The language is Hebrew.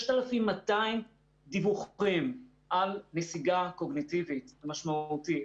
6,200 דיווחים על נסיגה קוגניטיבית משמעותית.